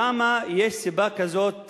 למה יש סיבה כזאת,